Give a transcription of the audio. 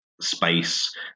space